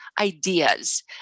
ideas